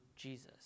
Jesus